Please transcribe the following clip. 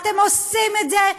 ואתם עושים את זה,